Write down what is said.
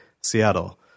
Seattle